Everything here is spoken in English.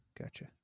Gotcha